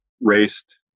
raced